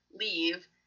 leave